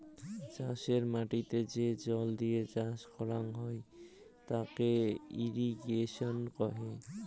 চাষের মাটিতে যে জল দিয়ে চাষ করং হউ তাকে ইরিগেশন কহে